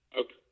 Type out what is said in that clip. Okay